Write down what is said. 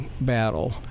battle